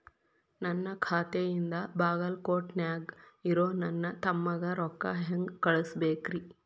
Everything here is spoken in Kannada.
ನನ್ನ ಖಾತೆಯಿಂದ ಬಾಗಲ್ಕೋಟ್ ನ್ಯಾಗ್ ಇರೋ ನನ್ನ ತಮ್ಮಗ ರೊಕ್ಕ ಹೆಂಗ್ ಕಳಸಬೇಕ್ರಿ?